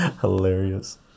Hilarious